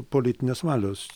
politinės valios